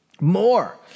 more